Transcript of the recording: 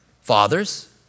fathers